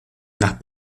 nach